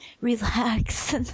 relax